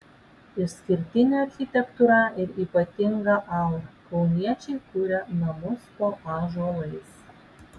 išskirtinė architektūra ir ypatinga aura kauniečiai kuria namus po ąžuolais